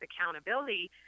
accountability